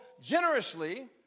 generously